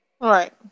Right